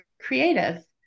creative